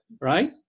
right